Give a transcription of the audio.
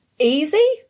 Easy